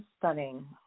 stunning